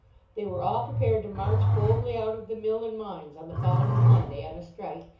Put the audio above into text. they were all prepared to march boldly out of the mill and mines on the following monday, on a strike,